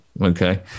Okay